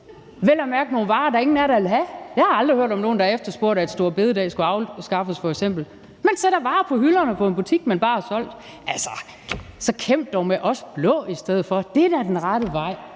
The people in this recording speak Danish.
vel at mærke nogle varer, som ingen af jer vil have. Jeg har f.eks. aldrig hørt om nogen, der har efterspurgt, at store bededag skulle afskaffes. Man sætter varer på hylderne i en butik, man bare har solgt. Altså, så kæmp dog med os blå i stedet for; det er da den rette vej.